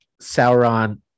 Sauron